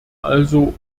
also